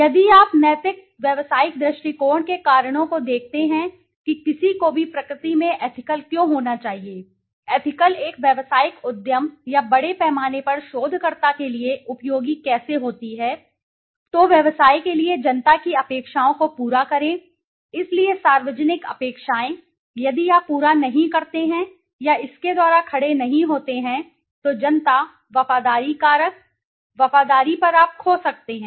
यदि आप नैतिक व्यवसायिक दृष्टिकोण के कारणों को देखते हैं कि किसी को भी प्रकृति में एथिकल क्यों होना चाहिए एथिकल एक व्यावसायिक उद्यम या बड़े पैमाने पर शोधकर्ता के लिए उपयोगी कैसे होती है तो व्यवसाय के लिए जनता की अपेक्षाओं को पूरा करें इसलिए सार्वजनिक अपेक्षाएं यदि आप पूरा नहीं करते हैं या इसके द्वारा खड़े नहीं होते हैं तो जनता वफादारी कारक आप वफादारी पर खो सकते हैं